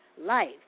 Life